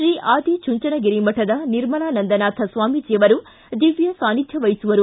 ಶ್ರೀ ಆದಿಚುಂಚನಗಿರಿ ಮಠದ ನಿರ್ಮಲಾನಂದನಾಥ ಸ್ವಾಮೀಜಿ ಅವರು ದಿವ್ಯ ಸಾನಿಧ್ಯ ವಹಿಸುವರು